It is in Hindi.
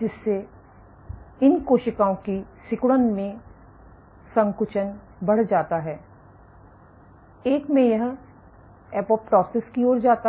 जिससे इन कोशिकाओं की सिकुड़न में संकुचन बढ़ जाता है एक में यह एपोप्टोसिस की ओर जाता है